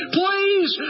please